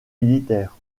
militaire